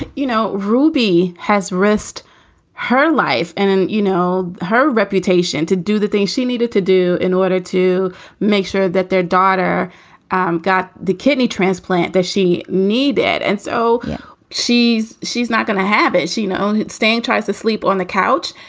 you know, ruby has risked her life and, and you know, her reputation to do the things she needed to do in order to make sure that their daughter and got the kidney transplant that she needed and so she's she's not going to have it. she only and stay and tries to sleep on the couch.